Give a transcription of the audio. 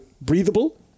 breathable